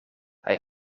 hij